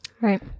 Right